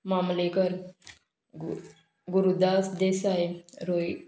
मामलेकर गु गुरुदास देसाय रोही